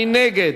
מי נגד?